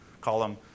column